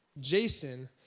Jason